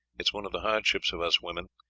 is one of the hardships of us women.